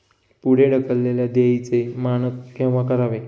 पुढे ढकललेल्या देयचे मानक केव्हा करावे?